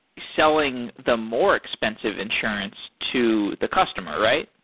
selling the more expensive insurance to the customer, right?